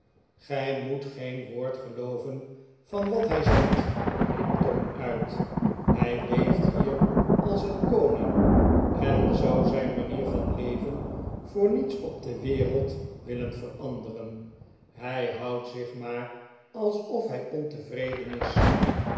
gij moet geen woord gelooven van wat hij zegt riep tom uit hij leeft hier als een koning en zou zijn manier van leven voor niets op de wereld willen veranderen hij houdt zich maar alsof hij ontevreden is